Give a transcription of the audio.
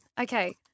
Okay